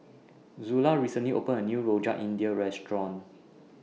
Zula recently opened A New Rojak India Restaurant